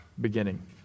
beginning